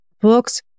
books